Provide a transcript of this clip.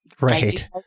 Right